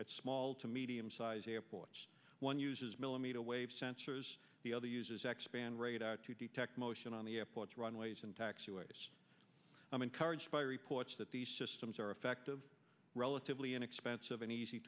at small to medium sized airports one uses millimeter wave sensors the other uses xpand radar to detect motion on the airports runways and taxiways i'm encouraged by reports that these systems are effective relatively inexpensive and easy